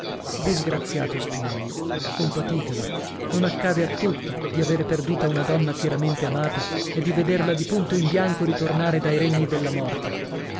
disgraziato spinello compatitelo non accade a tutti di avere perduta una donna fieramente amata e di vederla di punto in bianco ritornare dai regni della morte